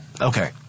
Okay